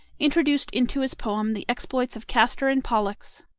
introduced into his poem the exploits of castor and pollux.